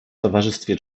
towarzystwie